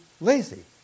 lazy